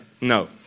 No